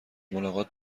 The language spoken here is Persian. ملاقات